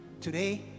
today